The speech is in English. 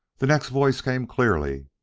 the next voice came clearly,